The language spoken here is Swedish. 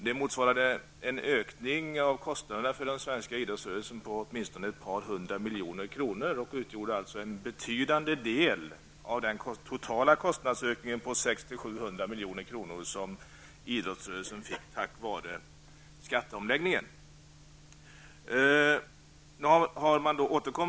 Det motsvarade en ökning av kostnaderna för den svenska idrottsrörelsen på åtminstone ett par hundra miljoner kronor och utgjorde alltså en betydande del av den totala kostnadsökning på 600--700 milj.kr. som idrottsrörelsen fick på grund av skatteomläggningen.